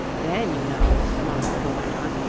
then, you know the mock turtle went on,